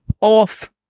off